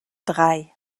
drei